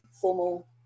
formal